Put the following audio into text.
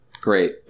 Great